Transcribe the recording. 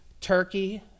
Turkey